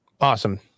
awesome